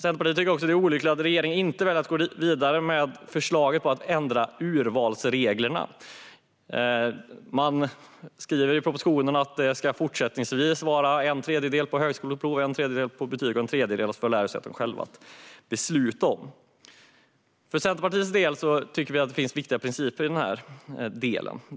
Centerpartiet tycker också att det är olyckligt att regeringen väljer att inte gå vidare med förslaget om att ändra urvalsreglerna. Man skriver i propositionen att det fortsättningsvis ska vara en tredjedel som antas utifrån högskoleprovet, en tredjedel utifrån betyg och en tredjedel som lärosätena själva får besluta om. För Centerpartiets del tycker vi att det finns viktiga principer i den här delen.